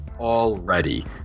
Already